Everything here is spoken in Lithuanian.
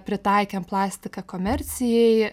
pritaikėm plastiką komercijai